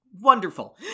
Wonderful